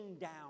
down